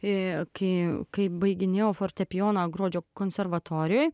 ir kai kai baiginėjau fortepijoną gruodžio konservatorijoje